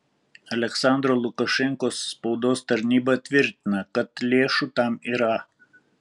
aliaksandro lukašenkos spaudos tarnyba tvirtina kad lėšų tam yra